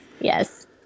Yes